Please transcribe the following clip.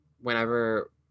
whenever